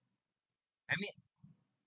I mean